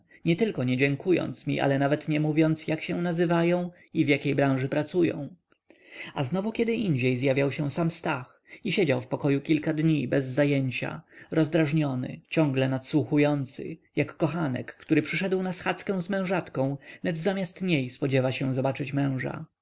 własnem nietylko nie dziękując mi ale nawet nie mówiąc jak się nazywają i w jakiej branży pracują a znowu kiedyindziej zjawiał się sam stach i siedział w pokoju parę dni bez zajęcia rozdraźniony ciągle nadsłuchujący jak kochanek który przyszedł na schadzkę z mężatką lecz zamiast niej spodziewa się zobaczyć męża